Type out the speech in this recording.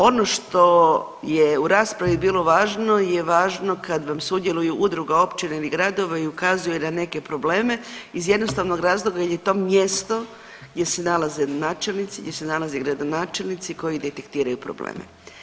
Ono što je u raspravi bilo važno je važno kad vam sudjeluju udruga općina ili gradova i ukazuje na neke probleme iz jednostavnog razloga jer je to mjesto gdje se nalaze načelnici, gdje se nalaze gradonačelnici koji detektiraju probleme.